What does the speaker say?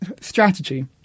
strategy